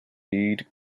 read